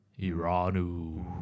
Iranu